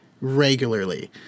regularly